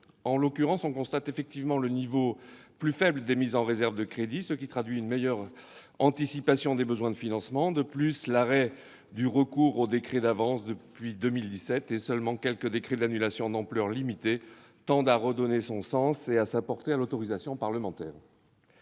En l'occurrence, on constate effectivement le niveau plus faible des mises en réserve de crédits, ce qui traduit une meilleure anticipation des besoins de financement. De plus, l'arrêt du recours aux décrets d'avance, depuis 2017, et seulement quelques décrets d'annulation d'ampleur limitée tendent à redonner son sens et sa portée à l'autorisation parlementaire.